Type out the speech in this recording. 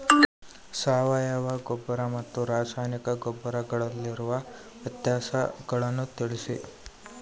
ಸಾವಯವ ಗೊಬ್ಬರ ಮತ್ತು ರಾಸಾಯನಿಕ ಗೊಬ್ಬರಗಳಿಗಿರುವ ವ್ಯತ್ಯಾಸಗಳನ್ನು ತಿಳಿಸಿ?